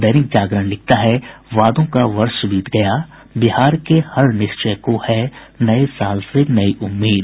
दैनिक जागरण लिखता है वादो का वर्ष बीत गया बिहार के हर निश्चय को है नववर्ष से नई उम्मीद